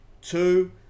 Two